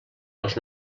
els